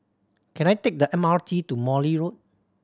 can I take the M R T to Morley Road